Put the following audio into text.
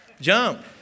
Jump